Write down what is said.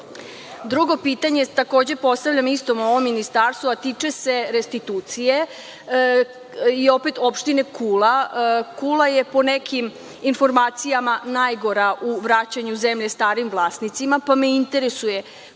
pitanje takođe postavljam istom ovom ministarstvu, a tiče se restitucije i opet Opštine Kula. Kula je po nekim informacijama najgora u vraćanju zemlje starim vlasnicima pa me interesuje koliko